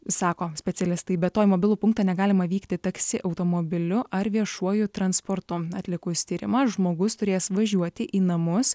sako specialistai be to į mobilų punktą negalima vykti taksi automobiliu ar viešuoju transportu atlikus tyrimą žmogus turės važiuoti į namus